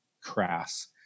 crass